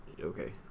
Okay